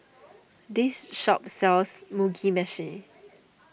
this shop sells Mugi Meshi